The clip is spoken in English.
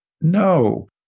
no